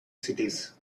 cities